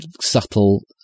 subtle